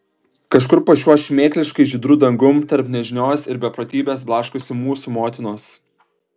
kažkur po šiuo šmėkliškai žydru dangum tarp nežinios ir beprotybės blaškosi mūsų motinos